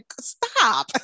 stop